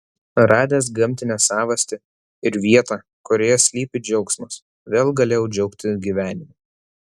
radęs gamtinę savastį ir vietą kurioje slypi džiaugsmas vėl galėjau džiaugtis gyvenimu